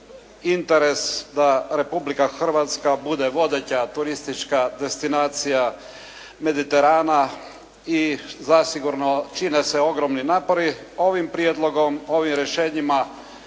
interes da Republika Hrvatska bude vodeća turistička destinacija Mediterana i zasigurno čine se ogromni napori. Ovim prijedlogom, ovim rješenjima